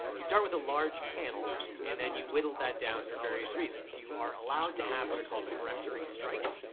you start with a large panel and then you whittle that down for various reasons. you are allowed to have what are called peremptory strikes,